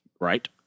Right